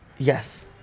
Yes